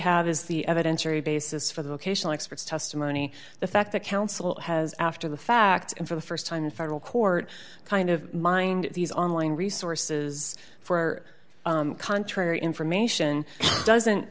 have is the evidentiary basis for the vocational expert's testimony the fact that counsel has after the fact and for the st time in federal court kind of mind these online resources for contrary information doesn't